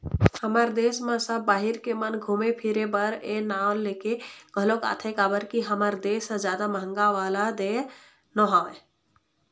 हमर देस म सब बाहिर के मन घुमे फिरे बर ए नांव लेके घलोक आथे काबर के हमर देस ह जादा महंगा वाला देय नोहय